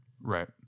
right